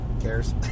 Cares